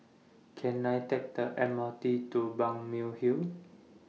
Can I Take The M R T to Balmeg Hill